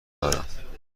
دارم